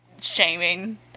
shaming